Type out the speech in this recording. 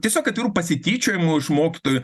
tiesiog atviru pasityčiojimu iš mokytojų